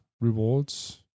rewards